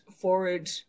forward